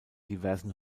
diversen